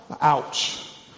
Ouch